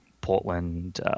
Portland